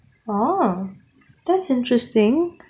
!wow! that's interesting